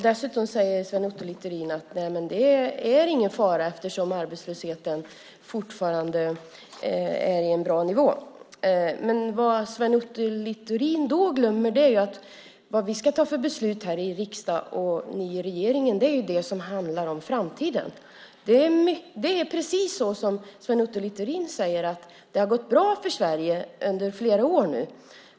Dessutom säger Sven Otto Littorin: Nej, det är ingen fara eftersom arbetslösheten fortfarande ligger på en bra nivå. Men vad Sven Otto Littorin då glömmer är att de beslut som vi här i riksdagen och ni i regeringen ska ta handlar om framtiden. Det är precis så som Sven Otto Littorin säger, nämligen att det nu i flera år har gått bra för Sverige.